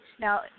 Now